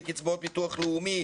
לקצבאות ביטוח לאומי,